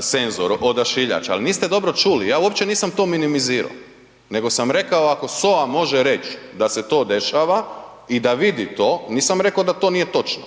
senzor, odašiljač. Ali niste dobro čuli. Ja uopće nisam to minimizirao. Nego sam rekao ako SOA može reći da se to dešava i da vidi to, nisam rekao da to nije točno.